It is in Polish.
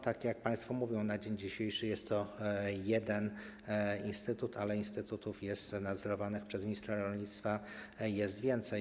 Tak jak państwo mówią, na dzień dzisiejszy jest to jeden instytut, ale instytutów nadzorowanych przez ministra rolnictwa jest więcej.